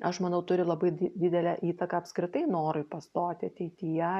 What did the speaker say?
aš manau turi labai di didelę įtaką apskritai norui pastoti ateityje